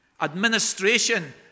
Administration